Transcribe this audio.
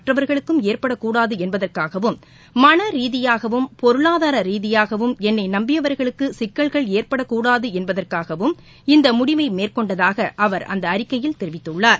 மற்றவர்களுக்கும் ஏற்படக்கூடாது என்பதற்காகவும் மன ரீதியாகவும் பொருளதார ரீதியாகவும் என்னை நம்பியவா்களுக்கு சிக்கல்கள் ஏற்படக்கூடாது என்பதற்காகவும் இந்த முடிவை மேற்கொண்டதாக அவா் அந்த அறிக்கையில் தெரிவித்துள்ளார்